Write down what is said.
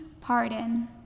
pardon